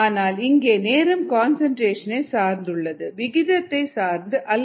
ஆனால் இங்கே நேரம் கன்சன்ட்ரேஷனை சார்ந்துள்ளது விகிதத்தை சார்ந்து அல்ல